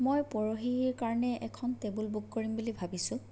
মই পৰহিৰ কাৰণে এখন টেবুল বুক কৰিম বুলি ভাবিছোঁ